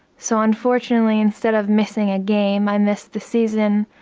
so unfortunately instead of missing a game, i missed the season,